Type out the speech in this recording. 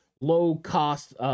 low-cost